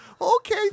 Okay